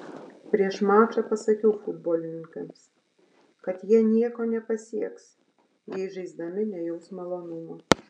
prieš mačą pasakiau futbolininkams kad jie nieko nepasieks jei žaisdami nejaus malonumo